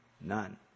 None